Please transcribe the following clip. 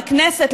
לכנסת,